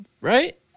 right